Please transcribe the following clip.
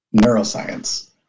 neuroscience